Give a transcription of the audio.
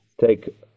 take